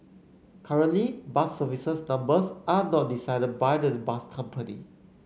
currently bus service numbers are not decided by the bus company